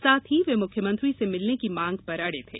साथ ही वे मुख्यमंत्री से मिलने की मांग पर अड़े थे